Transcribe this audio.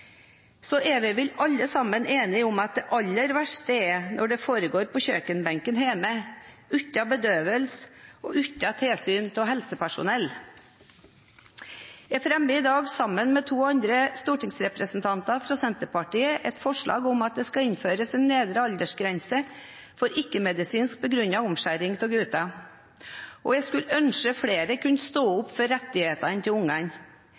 Så er vi vel alle sammen enige om at det aller verste er når det foregår på kjøkkenbenken hjemme, uten bedøvelse og uten tilsyn fra helsepersonell. Jeg fremmer i dag, sammen med to andre stortingsrepresentanter fra Senterpartiet, et forslag om at det skal innføres en nedre aldersgrense for ikke medisinsk begrunnet omskjæring av gutter. Jeg skulle ønske flere kunne stå opp for rettighetene til ungene.